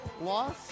loss